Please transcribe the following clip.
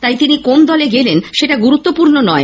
তাই তিনি কোন দলে গেলেন সেটা গুরুত্বপূর্ন নয়